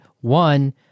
One